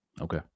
okay